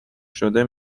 شده